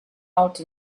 out